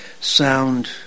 sound